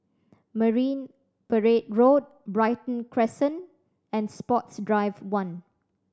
Marine Parade Road Brighton Crescent and Sports Drive One